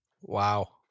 Wow